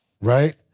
right